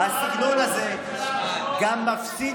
אפילו לא קראת לו בשמו.